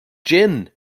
gin